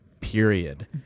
period